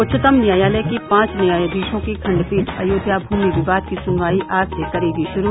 उच्चतम न्यायालय के पांच न्यायाधीशों की खण्डपीठ अयोध्या भूमि विवाद की सुनवाई आज से करेगी शुरू